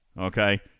Okay